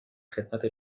خدمت